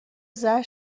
زجر